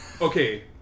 Okay